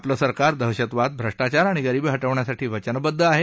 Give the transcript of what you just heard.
आपलं सरकार दहशतवाद भ्रष्टाचार आणि गरीबी हटवण्यासाठी वचनबद्ध आहे